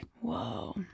Whoa